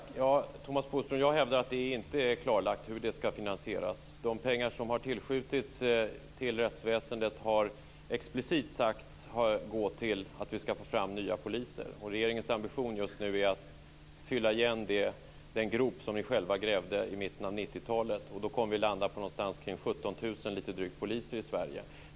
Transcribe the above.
Herr talman! Jag hävdar, Thomas Bodström, att det inte är klarlagt hur det ska finansieras. De pengar som har tillskjutits till rättsväsendet ska, har det explicit sagts, gå till att få fram nya poliser. Regeringens ambition just nu är att fylla igen den grop som ni själva grävde i mitten av 90-talet. Vi kommer då att landa på lite drygt 17 000 poliser i Sverige.